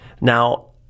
Now